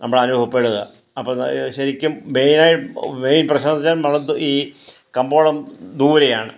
നമ്മളനുഭവപ്പെടുക അപ്പം ശരിക്കും മെയിനായും മെയിൻ പ്രശ്നം എന്ന് വെച്ചാൽ ഈ കമ്പോളം ദൂരെയാണ്